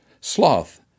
Sloth